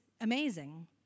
amazing